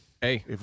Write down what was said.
Hey